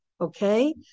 okay